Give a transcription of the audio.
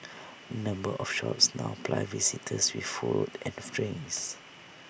A number of shops now ply visitors with food and drinks